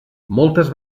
moltes